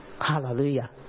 Hallelujah